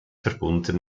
verbunden